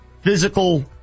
physical